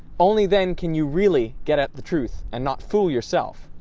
only then can you really get at the truth and not fool yourself.